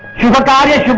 about it?